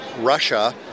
Russia